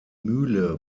mühle